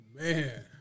Man